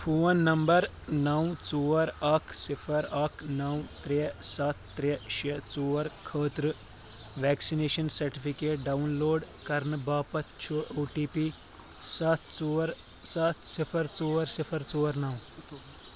phone number نَو ژور اکھ صفر اکھ نَو ترے سَتھ ترے شےٚ ژور خٲطرٕ ویکسِنیشن سرٹِفکیٹ ڈاؤن لوڈ کرنہٕ باپتھ چھُ او ٹی پی سَتھ صفر ژرو صفر ژور نَو